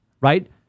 right